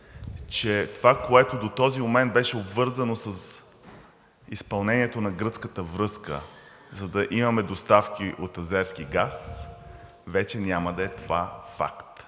че това, което до този момент беше обвързано с изпълнението на гръцката връзка, за да имаме доставки от азерски газ, вече няма да е това факт.